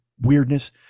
weirdness